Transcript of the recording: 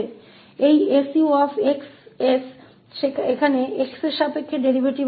और यह 𝑠𝑈𝑥 𝑠 यहाँ हमारे पास x के संबंध में अवकलज है